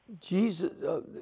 Jesus